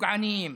פוגעניים